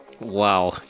wow